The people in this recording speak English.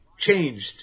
changed